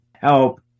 help